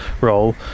role